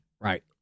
Right